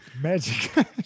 Magic